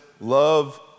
love